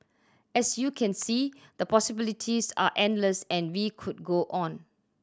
as you can see the possibilities are endless and we could go on